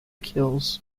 kills